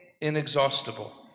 inexhaustible